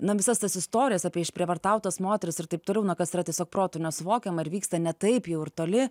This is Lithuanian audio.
na visas tas istorijas apie išprievartautas moteris ir taip toliau na kas yra tiesiog protu nesuvokiama ir vyksta ne taip jau ir toli